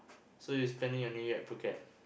so you spending your New Year at Phuket